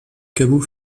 caveau